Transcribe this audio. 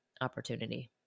opportunity